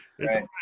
Right